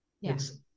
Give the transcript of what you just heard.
Yes